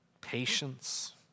Patience